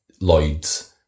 lloyd's